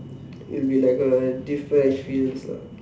it will be like a different experience lah